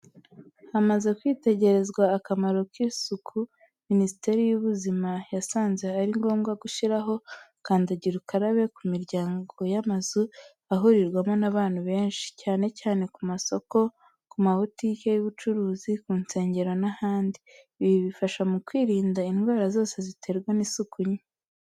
Hamaze kwitegerezwa akamaro k’isuku, Minisiteri y’Ubuzima yasanze ari ngombwa gushyiraho kandagira ukarabe ku miryango y’amazu ahurirwamo n’abantu benshi, cyane cyane ku masoko, ku mabotike y’ubucuruzi, ku nsengero n’ahandi. Ibi bifasha mu kwirinda indwara zose ziterwa n’isuku nke.